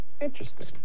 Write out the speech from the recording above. Interesting